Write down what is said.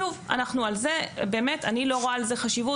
שוב, אני לא רואה בה חשיבות.